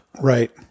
Right